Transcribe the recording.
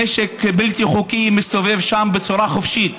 נשק בלתי חוקי מסתובב שם בצורה חופשית.